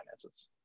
finances